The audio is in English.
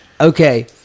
Okay